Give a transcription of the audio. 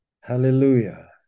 hallelujah